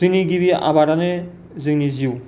जोंनि गिबि आबादानो जोंनि जिउ